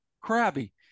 Crabby